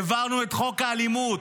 העברנו את חוק האלימות,